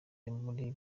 muri